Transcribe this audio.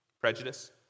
prejudice